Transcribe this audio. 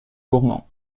gourmand